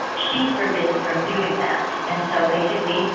she's forbidden from doing that. and so basically,